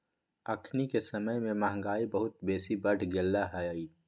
अखनिके समय में महंगाई बहुत बेशी बढ़ गेल हइ